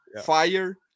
fire